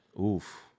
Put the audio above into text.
Oof